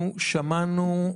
אנחנו שמענו פה,